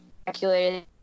speculated